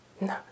no